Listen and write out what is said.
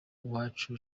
uwacu